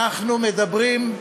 אנחנו מדברים,